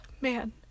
Man